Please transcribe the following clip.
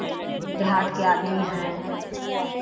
देहात के आदमी हैं